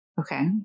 Okay